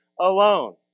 alone